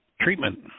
treatment